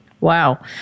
Wow